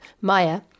Maya